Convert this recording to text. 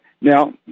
Now